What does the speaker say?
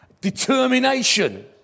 determination